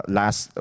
last